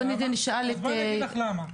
אז בואי אני אגיד לך למה.